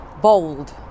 bold